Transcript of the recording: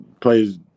plays